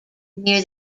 near